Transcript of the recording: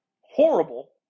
horrible